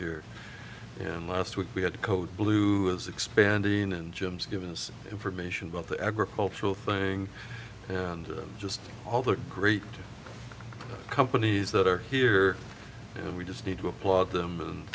here and last week we had code blue was expanding in gyms giving us information about the agricultural thing and just all the great companies that are here and we just need to applaud them and